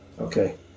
Okay